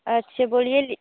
अच्छे बोलिए ली